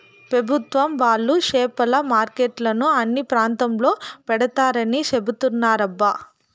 పెభుత్వం వాళ్ళు చేపల మార్కెట్లను అన్ని ప్రాంతాల్లో పెడతారని చెబుతున్నారబ్బా